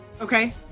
okay